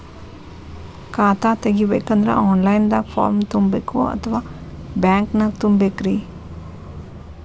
ಖಾತಾ ತೆಗಿಬೇಕಂದ್ರ online ದಾಗ ಫಾರಂ ತುಂಬೇಕೊ ಅಥವಾ ಬ್ಯಾಂಕನ್ಯಾಗ ತುಂಬ ಬೇಕ್ರಿ?